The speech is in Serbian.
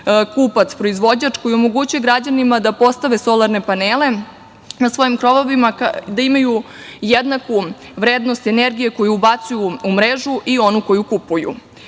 kupac-proizvođač, koji omogućuje građanima da postave solarne panele na svojim krovovima, da imaju jednaku vrednost energije koju ubacuju u mrežu i onu koju kupuju. Kada